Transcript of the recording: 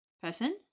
person